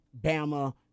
Bama